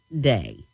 Day